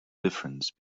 difference